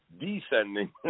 descending